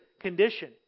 condition